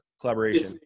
collaboration